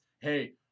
Hey